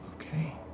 Okay